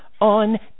on